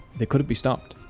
they couldn't be stopped.